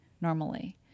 normally